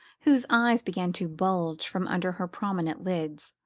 whose eyes began to bulge from under her prominent lids.